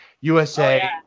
USA